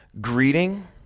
greeting